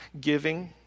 Giving